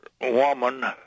woman